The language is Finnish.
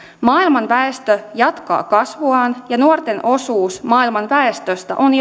maailman väestö jatkaa kasvuaan ja nuorten osuus maailman väestöstä on